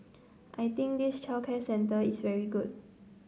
I think this childcare centre is very good